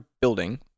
building